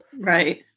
Right